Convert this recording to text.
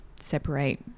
separate